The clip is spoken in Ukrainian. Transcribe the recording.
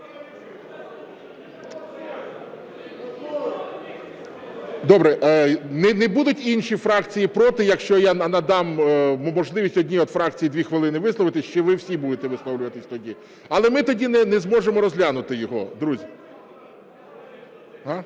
Добре, не будуть інші фракції проти, якщо я надам можливість одній фракції 2 хвилини висловитися? Чи ви всі будете висловлюватися тоді? Але ми тоді не зможемо розглянути його, друзі.